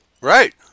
right